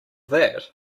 that